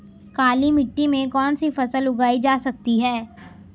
काली मिट्टी में कौनसी फसल उगाई जा सकती है?